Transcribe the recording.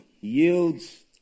Yields